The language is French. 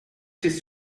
ces